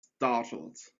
startled